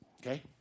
Okay